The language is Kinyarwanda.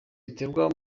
bitegwa